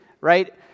right